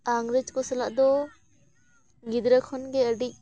ᱤᱝᱨᱮᱡᱽ ᱠᱚ ᱥᱟᱞᱟᱜ ᱫᱚ ᱜᱤᱫᱽᱨᱟᱹ ᱠᱷᱚᱱ ᱜᱮ ᱟᱹᱰᱤ